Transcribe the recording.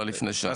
לפני משהו